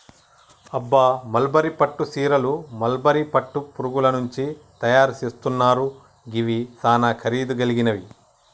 అబ్బ మల్బరీ పట్టు సీరలు మల్బరీ పట్టు పురుగుల నుంచి తయరు సేస్తున్నారు గివి సానా ఖరీదు గలిగినవి